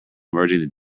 merging